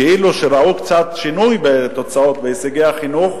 כאילו ראו קצת שינוי בתוצאות, בהישגי החינוך,